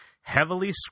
heavily